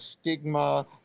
stigma